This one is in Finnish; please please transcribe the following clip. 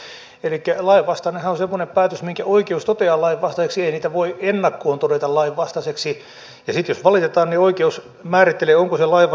elikkä lainvastainenhan on semmoinen päätös minkä oikeus toteaa lainvastaiseksi ei niitä voi ennakkoon todeta lainvastaisiksi ja sitten jos valitetaan niin oikeus määrittelee onko se lainvastaista vai ei